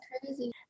crazy